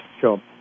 Sure